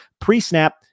Pre-snap